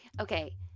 Okay